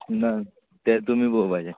ना तें तुमी पळोवपाचें